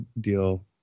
deal